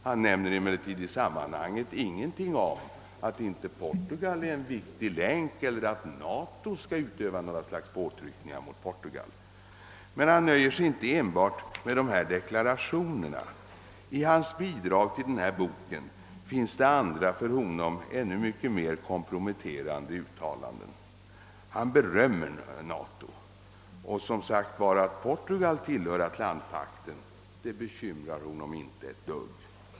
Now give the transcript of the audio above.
Han nämner emellertid i sammanhanget ingenting om att inte Portugal är en viktig länk eller att NATO skall utöva några slags påtryckningar mot Portugal. Herr Ahlmark nöjer sig inte enbart med de här deklarationerna. I hans bidrag till denna bok finns det andra för honom mycket mer komprometterande uttalanden. Han berömmer NATO och, som sagt, att Portugal tillhör Atlantpakten bekymrar honom inte ett dugg.